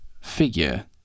figure